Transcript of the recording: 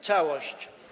Całość.